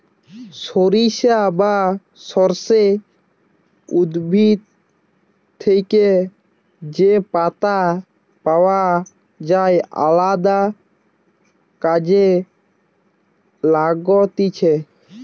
সরিষা বা সর্ষে উদ্ভিদ থেকে যে পাতা পাওয় যায় আলদা কাজে লাগতিছে